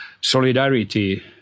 solidarity